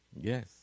Yes